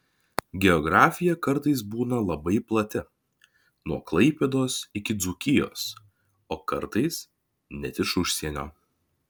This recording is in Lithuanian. geografija kartais būna labai plati nuo klaipėdos iki dzūkijos o kartais net iš užsienio